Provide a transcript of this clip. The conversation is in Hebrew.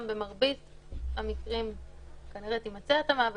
במרבית המקרים כנראה תימצא התאמה,